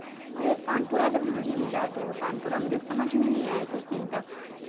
تو یہ تان پورا جب مجھے ملا تو تان پورا مجھے سمجھ میں نہیں آیا کچھ دن تک